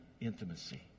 intimacy